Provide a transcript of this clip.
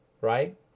right